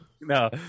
No